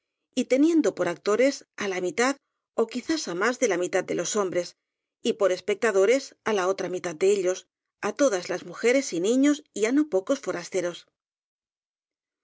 y te niendo por actores á la mitad ó quizás á más de la mitad de los hombres y por espectadores á la otra mitad de ellos á todas las mujeres y niños y á no pocos forasteros